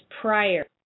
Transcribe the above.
prior